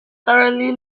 currently